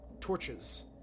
torches